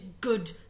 good